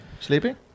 Sleeping